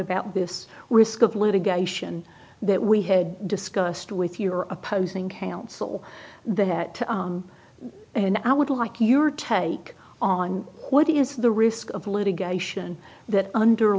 about this risk of litigation that we had discussed with your opposing counsel that and i would like your take on what is the risk of litigation that under